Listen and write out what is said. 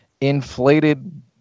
inflated